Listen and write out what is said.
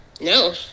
No